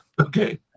Okay